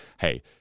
hey